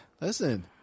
Listen